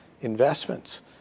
investments